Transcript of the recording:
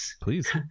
Please